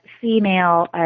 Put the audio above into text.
female